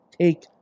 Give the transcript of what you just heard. Take